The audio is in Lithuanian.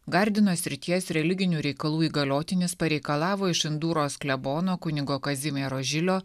gardino srities religinių reikalų įgaliotinis pareikalavo iš induros klebono kunigo kazimiero žilio